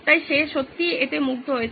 তাই সে সত্যিই এতে মুগ্ধ হয়েছিল